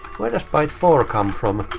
where does byte four come from?